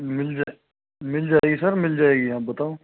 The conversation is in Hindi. मिल जाए मिल जाएगी सर मिल जाएगी आप बताओ